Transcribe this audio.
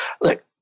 look